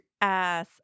ass